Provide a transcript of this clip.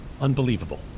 Unbelievable